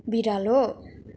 बिरालो